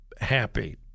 happy